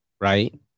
right